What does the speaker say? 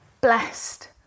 blessed